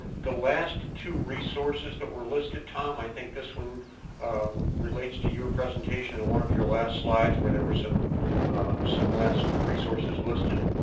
the last two resources that were listed. tom, i think this one relates to your presentation. and one of your last slides, where there were some some last resources listed.